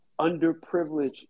underprivileged